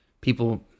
people